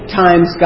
times